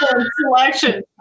selection